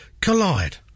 Collide